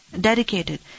Dedicated